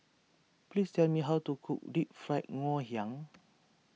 please tell me how to cook Deep Fried Ngoh Hiang